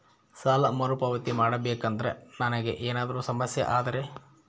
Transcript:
ಸಾಲ ಮರುಪಾವತಿ ಮಾಡಬೇಕಂದ್ರ ನನಗೆ ಏನಾದರೂ ಸಮಸ್ಯೆ ಆದರೆ?